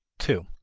two.